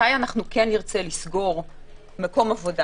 מתי אנחנו כן נרצה לסגור מקום עבודה?